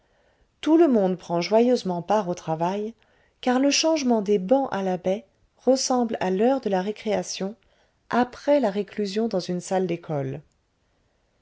tout le monde prend joyeusement part au travail car le changement des bancs à la baie ressemble à l'heure de la récréation après la réclusion dans une salle d'école